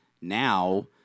now